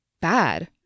bad